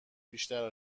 بیشتر